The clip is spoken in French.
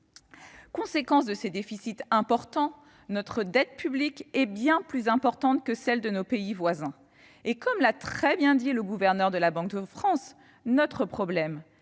Conséquence de ces déficits considérables : notre dette publique est bien plus importante que celle des États voisins. Comme l'a très bien dit le gouverneur de la Banque de France, notre problème